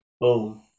boom